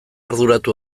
arduratu